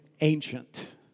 ancient